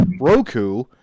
Roku